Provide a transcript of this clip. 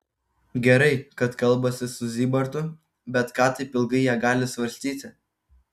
gerai kad kalbasi su zybartu bet ką taip ilgai jie gali svarstyti